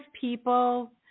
people